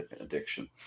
addiction